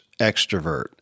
extrovert